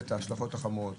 את ההשלכות החמורות.